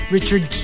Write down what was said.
Richard